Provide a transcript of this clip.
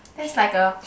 that's like a